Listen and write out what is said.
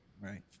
right